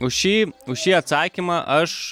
už šį už šį atsakymą aš